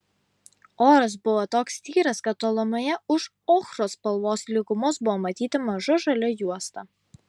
oras buvo toks tyras kad tolumoje už ochros spalvos lygumos buvo matyti maža žalia juosta